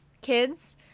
kids